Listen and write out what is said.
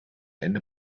ende